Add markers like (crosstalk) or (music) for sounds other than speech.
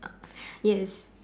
(laughs) yes